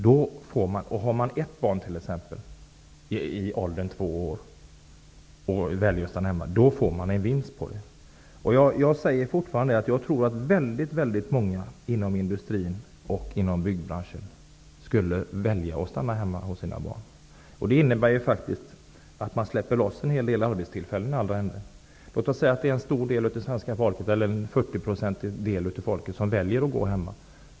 Om man har ett barn i tvåårsåldern och väljer att stanna hemma blir det en vinst på det. Jag tror att väldigt många inom industrin och inom byggbranschen skulle välja att stanna hemma hos sina barn. Det innebär faktiskt att man släpper loss en hel del arbetstillfällen i andra änden. Låt oss säga att 40 % av svenska folket väljer att gå hemma.